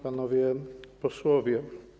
Panowie Posłowie!